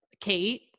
Kate